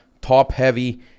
top-heavy